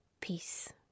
peace